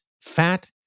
fat